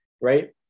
right